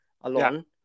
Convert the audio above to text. alone